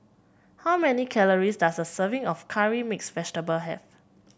how many calories does a serving of Curry Mixed Vegetable have